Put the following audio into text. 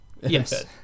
Yes